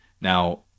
now